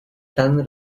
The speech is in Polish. plany